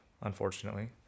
unfortunately